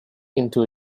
into